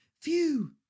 Phew